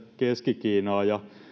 keski kiinaa